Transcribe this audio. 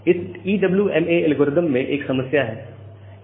इस EWMA algorithm में एक समस्या है